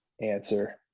answer